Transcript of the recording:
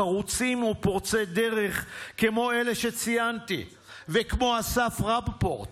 חרוצים ופורצי דרך כמו אלה שציינתי וכמו אסף רפופורט,